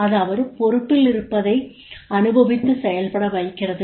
அதாவது பொறுப்பில் இருப்பதை அனுபவித்து செயல்பட வைக்கிறது